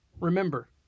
Remember